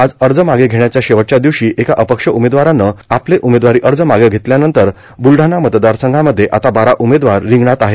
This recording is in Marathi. आज अर्ज मागं घेण्याच्या शेवटच्या दिवशी एका अपक्ष उमेदवारानं आपले उमेदवारी अर्ज मागं घेतल्यानंतर बुलढाणा मतदारसंघामध्ये आता बारा उमेदवार रिंगणात आहेत